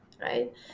right